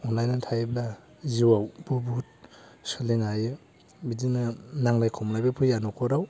अनलायना थायोब्ला जिवआव बहुथ सोलिनो हायो बिदिनो नांलाय खमलायबो फैया नखराव